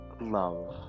love